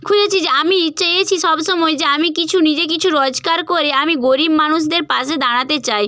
খুঁজেছি যে আমি চেয়েছি সব সময় যে আমি কিছু নিজে কিছু রোজগার করে আমি গরিব মানুষদের পাশে দাঁড়াতে চাই